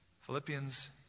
Philippians